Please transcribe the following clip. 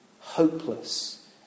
Hopeless